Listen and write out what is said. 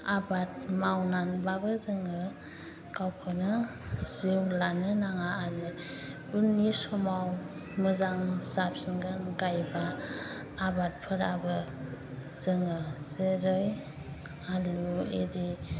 आबाद मावनानैब्लाबो जोङो गावखौनो जिउ लानो नाङा उननि समाव मोजां जाफिनगोन गायबा आबादफोराबो जोङो जेरै हालेव एरि